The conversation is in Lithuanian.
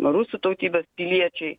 rusų tautybės piliečiai